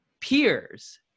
peers